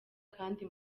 kandi